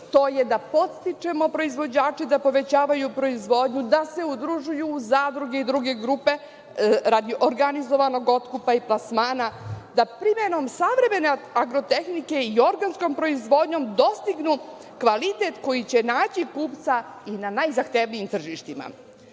to je da podstičemo proizvođače da povećavaju proizvodnju, da se udružuju u zadruge i druge grupe radi organizovanog otkupa i plasmana, da primenom savremene agrotehnike i organskom proizvodnjom dostignu kvalitet koji će naći kupca i na najzahtevnijim tržištima.